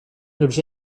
l’objet